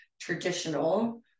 traditional